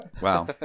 Wow